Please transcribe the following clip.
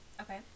Okay